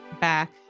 back